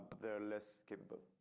there are less capable.